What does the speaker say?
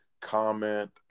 comment